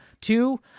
Two